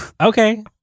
Okay